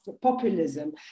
populism